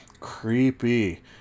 creepy